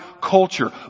culture